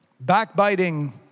backbiting